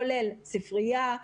כולל ספרייה,